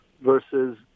versus